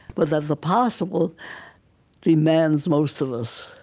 but that the possible demands most of us,